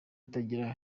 itagira